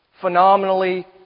phenomenally